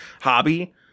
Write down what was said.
hobby